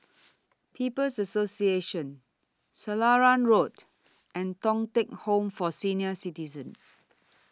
People's Association Selarang Road and Thong Teck Home For Senior Citizens